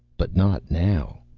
but not now.